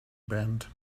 band